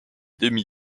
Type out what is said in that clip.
demi